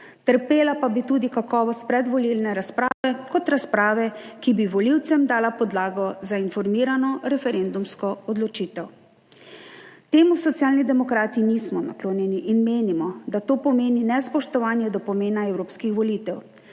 trpela pa bi tudi kakovost predvolilne razprave, kot razprave, ki bi volivcem dala podlago za informirano referendumsko odločitev. Temu Socialni demokrati nismo naklonjeni in menimo, da to pomeni nespoštovanje do pomena evropskih volitev.